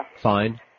Fine